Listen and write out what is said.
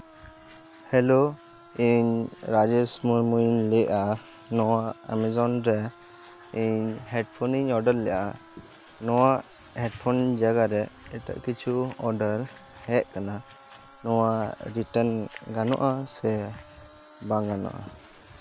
hello ᱤᱧ ᱨᱟᱡᱮᱥ ᱢᱩᱨᱢᱩᱧ ᱞᱟᱹᱭᱮᱜᱼᱟ ᱱᱚᱣᱟ ᱮᱢᱟᱡᱚᱱ ᱨᱮ ᱤᱧ ᱦᱮᱹᱰᱯᱷᱳᱱᱤᱧ ᱚᱰᱟᱨ ᱞᱮᱜᱼᱟ ᱱᱚᱣᱟ ᱦᱮᱹᱰᱯᱷᱳᱱ ᱡᱟᱭᱜᱟᱨᱮ ᱮᱴᱟᱜ ᱠᱤᱪᱷᱩ ᱚᱰᱟᱨ ᱦᱮᱡ ᱠᱟᱱᱟ ᱱᱚᱣᱟ ᱨᱤᱴᱟᱨᱱ ᱜᱟᱱᱚᱜᱼᱟ ᱥᱮ ᱵᱟᱝ ᱜᱟᱱᱚᱜᱼᱟ